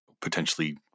potentially